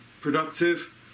productive